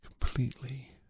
Completely